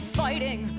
fighting